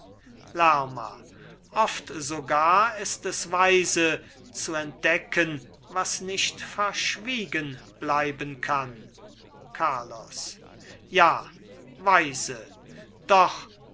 lerma oft sogar ist es weise zu entdecken was nicht verschwiegen bleiben kann carlos ja weise doch